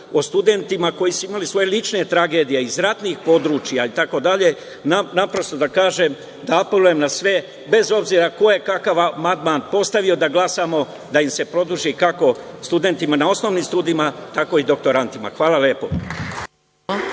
o studentima koji su imali svoje lične tragedije, iz ratnih, itd, naprosto da kažem da apelujem na sve bez obzira ko je kakav amandman postavio da glasamo da im se produži kako studentima na osnovnim studijama, tako i doktorantima. Hvala lepo.